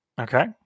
okay